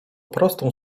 prostą